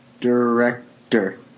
director